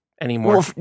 anymore